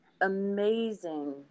amazing